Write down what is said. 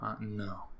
no